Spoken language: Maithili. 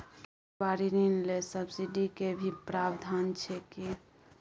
खेती बारी ऋण ले सब्सिडी के भी प्रावधान छै कि?